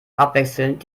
abwechselnd